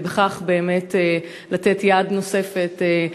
ובכך לתת יד נוספת.